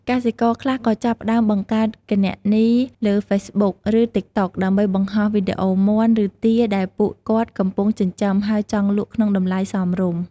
កសិករខ្លះក៏ចាប់ផ្ដើមបង្កើតគណនីលើហ្វេសប៊ុក (Facebook) ឬ ទីកតុក (TikTok) ដើម្បីបង្ហោះវីដេអូមាន់ ឬទាដែលពួកគាត់កំពុងចិញ្ចឹម ហើយចង់លក់ក្នុងតម្លៃសមរម្យ។